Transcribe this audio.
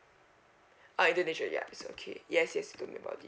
ah indonesia ya it's okay yes